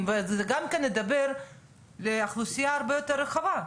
וזה גם ידבר לאוכלוסייה יותר רחבה.